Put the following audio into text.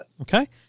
Okay